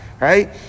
right